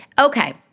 Okay